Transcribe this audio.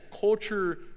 culture